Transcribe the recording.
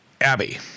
Abby